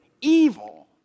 evil